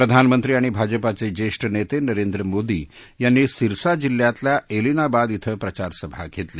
प्रधानमंत्री आणि भाजपाचे ज्येष्ठ नेते नरेंद्र मोदी यांनी सिरसा जिल्ह्यातल्या इलिनाबाद इथं प्रचार सभा घेतली